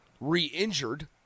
re-injured